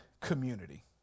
community